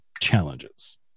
challenges